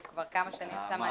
הוא כבר כמה שנים סמנכ"ל.